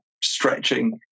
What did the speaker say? stretching